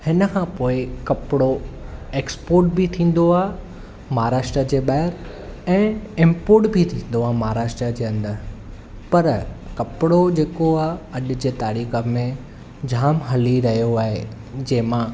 हिनखां पोइ ई कपिड़ो एक्सपोर्ट बि थींदो आहे महाराष्ट्र जे ॿाहिरि ऐं इम्पोर्ट बि थींदो आहे महाराष्ट्र जे अंदरु पर कपिड़ो जेको आहे अॼु जी तारीख़ में जाम हली रहियो आहे जंहिंमां